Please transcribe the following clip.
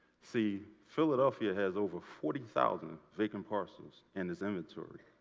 see, philadelphia has over forty thousand vacant parcels in its inventory.